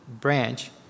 branch